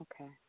Okay